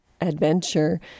adventure